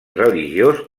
religiós